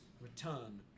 return